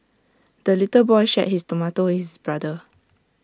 the little boy shared his tomato with his brother